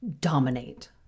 dominate